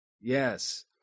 Yes